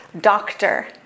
doctor